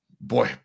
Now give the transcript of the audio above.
boy